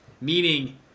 Meaning